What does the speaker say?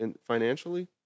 financially